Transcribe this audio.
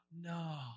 no